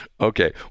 okay